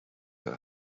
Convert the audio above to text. her